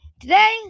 Today